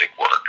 work